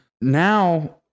now